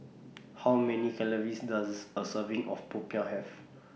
How Many Calories Does A Serving of Popiah Have